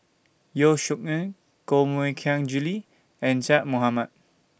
Yeo Shih Yun Koh Mui Hiang Julie and Zaqy Mohamad